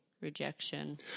rejection